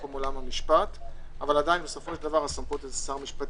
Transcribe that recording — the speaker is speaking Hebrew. בעולם המשפט אבל בסופו של דבר הסמכות היא של שר המשפטים.